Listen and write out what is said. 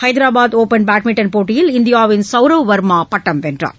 Hyderabad open badminton போட்டியில் இந்தியாவின் சவ்ரவ் வர்மா பட்டம் வென்றார்